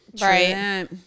right